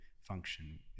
function